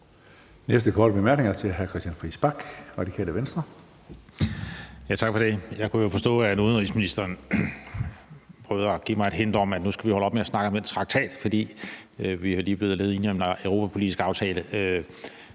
Radikale Venstre. Kl. 20:30 Christian Friis Bach (RV): Tak for det. Jeg kunne jo forstå, at udenrigsministeren prøvede at give mig et hint om, at nu skal vi holde op med at snakke om den traktat, for vi er lige blevet enige om en europapolitisk aftale.